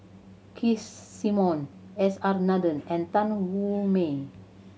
Keith Simmons S R Nathan and Tan Wu Meng